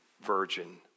virgin